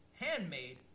handmade